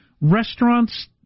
restaurants